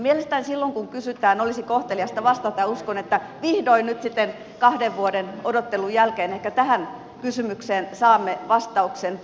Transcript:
mielestäni silloin kun kysytään olisi kohteliasta vastata ja uskon että vihdoin nyt sitten kahden vuoden odottelun jälkeen ehkä tähän kysymykseen saamme vastauksen